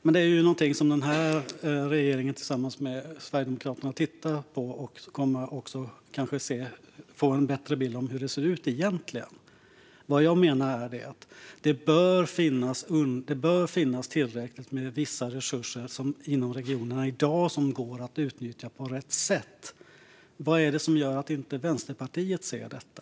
Men det är något som den här regeringen tillsammans med Sverigedemokraterna tittar på för att kanske få en bättre bild av hur det ser ut egentligen. Vad jag menar är att det bör finnas tillräckligt med vissa resurser inom regionerna i dag som går att utnyttja på rätt sätt. Vad är det som gör att inte Vänsterpartiet ser detta?